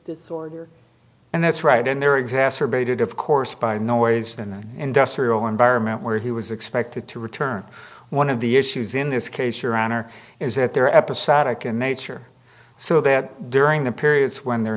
disorder and that's right in there exacerbated of course by noise in the industrial environment where he was expected to return one of the issues in this case your honor is that there are episodic in nature so that during the periods when they're